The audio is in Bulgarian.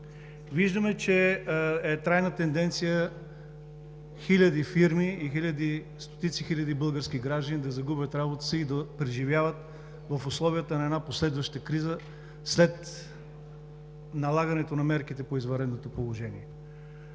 Виждаме, че е трайна тенденция хиляди фирми и стотици хиляди български граждани да загубят работата си и да преживяват в условията на една последваща криза след налагането на мерките по извънредното положение.